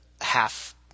half